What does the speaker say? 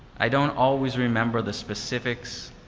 i don't always remember the specifics